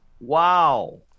wow